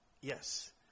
yes